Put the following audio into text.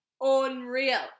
Unreal